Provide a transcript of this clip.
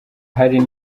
hari